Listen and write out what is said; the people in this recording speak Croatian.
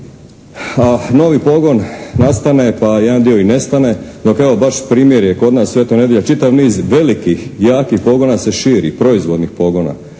a novi pogon nastane, pa jedan dio i nestane. Dok evo baš primjer je kod nas u Svetoj Nedelji čitav niz velikih, jakih pogona se širi, proizvodnih pogona